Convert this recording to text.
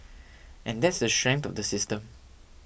and that's the strength of the system